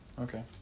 Okay